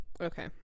Okay